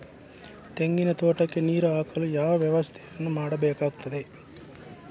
ತೆಂಗಿನ ತೋಟಕ್ಕೆ ನೀರು ಹಾಕಲು ಯಾವ ವ್ಯವಸ್ಥೆಯನ್ನು ಮಾಡಬೇಕಾಗ್ತದೆ?